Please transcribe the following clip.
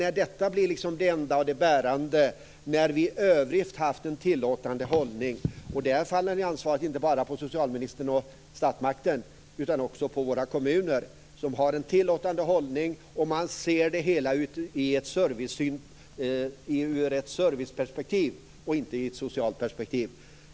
Men detta blir det enda och det bärande. I övrigt har man ju haft en tillåtande hållning - och där faller ansvaret inte bara på socialministern och statsmakten utan också på våra kommuner - och sett det hela i ett serviceperspektiv och inte i ett socialt perspektiv.